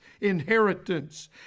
inheritance